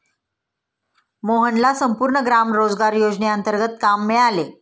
मोहनला संपूर्ण ग्राम रोजगार योजनेंतर्गत काम मिळाले